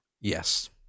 Yes